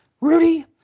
Rudy